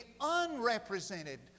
unrepresented